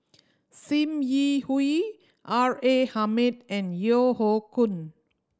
Sim Yi Hui R A Hamid and Yeo Hoe Koon